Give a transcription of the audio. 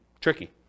tricky